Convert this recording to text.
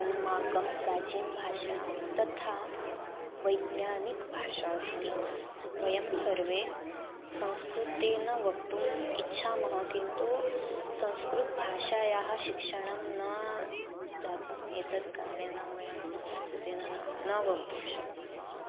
अस्माकं प्राचीनभाषा तथा वैज्ञानिकभाषा अस्ति वयं सर्वे संस्कृतेन वक्तुम् इच्छामः किन्तु संस्कृतभाषायाः शिक्षणं न जातम् एतत् कारणेन वयं संस्कृतेन न न वक्तुं शक्नुमः